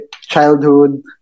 childhood